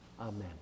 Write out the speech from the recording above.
Amen